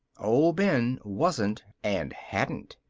old ben wasn't and hadn't.